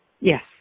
Yes